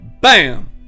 BAM